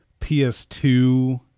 PS2